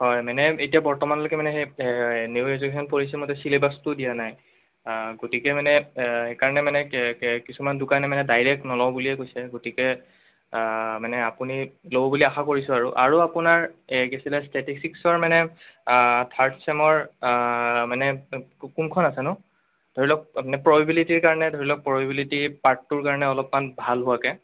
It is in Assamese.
হয় মানে এতিয়া বৰ্তমানলৈকে মানে সেই নিউ ইডুকেশ্যন পলিচি মতে চিলেবাচটো দিয়া নাই গতিকে মানে সেইকাৰণে মানে কে কে কিছুমান দোকানে মানে ডাইৰেক্ট নলওঁ বুলিয়ে কৈছে গতিকে মানে আপুনি ল'ব বুলি আশা কৰিছোঁ আৰু আৰু আপোনাৰ এ কি আছিলে ষ্টেটিচষ্টিকৰ মানে থাৰ্ড চেমৰ মানে কোনখন আছেনো ধৰি লওক প্ৰবেবিলিটিৰ কাৰণে ধৰি লওক প্ৰবেবিলিটি পাৰ্ট টুৰ কাৰণে অলপমান ভাল হোৱাকৈ